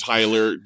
Tyler